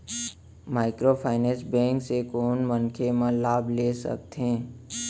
Microfinance bank से कोन मनखे मन लाभ ले सकथे?